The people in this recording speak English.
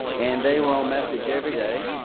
and they were all message every day.